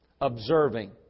observing